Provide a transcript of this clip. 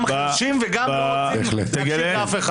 גם חירשים וגם רוצים להמשיך בהפיכה.